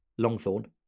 Longthorn